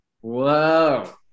whoa